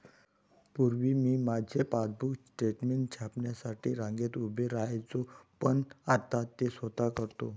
पूर्वी मी माझे पासबुक स्टेटमेंट छापण्यासाठी रांगेत उभे राहायचो पण आता ते स्वतः करतो